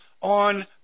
on